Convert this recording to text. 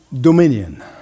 Dominion